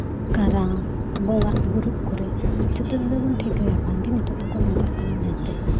ᱠᱟᱨᱟᱢ ᱵᱚᱸᱜᱟᱼᱵᱩᱨᱩᱜ ᱠᱚᱨᱮᱫ ᱡᱚᱛᱚ ᱠᱚᱛᱮ ᱵᱚᱱ ᱴᱷᱤᱠᱟᱹᱭᱟ ᱵᱟᱝᱜᱮ ᱱᱤᱛᱚᱜ ᱫᱚᱠᱚ ᱱᱚᱝᱠᱟᱜ ᱠᱟᱱᱟ ᱢᱮᱱᱛᱮ